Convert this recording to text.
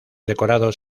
decorados